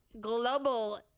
global